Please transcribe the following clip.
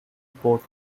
port